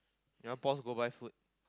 you want pause go buy food